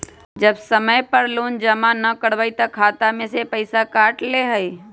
जब समय पर लोन जमा न करवई तब खाता में से पईसा काट लेहई?